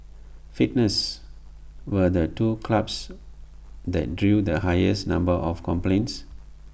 fitness were the two clubs that drew the highest number of complaints